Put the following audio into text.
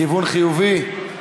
כיוון חיובי.